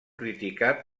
criticat